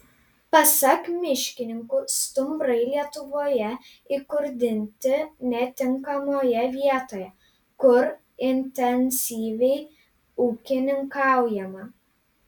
pasak miškininkų stumbrai lietuvoje įkurdinti netinkamoje vietoje kur intensyviai ūkininkaujama